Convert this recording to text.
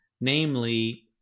namely